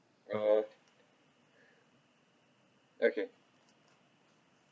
uh okay